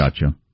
Gotcha